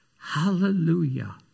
Hallelujah